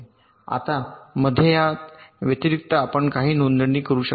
आता मध्ये याव्यतिरिक्त आपण काही नोंदणी करू शकता